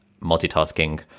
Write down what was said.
multitasking